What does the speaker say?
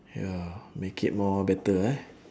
ya make it more better ah